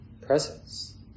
presence